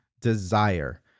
desire